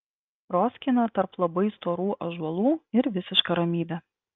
proskyna tarp labai storų ąžuolų ir visiška ramybė